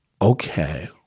okay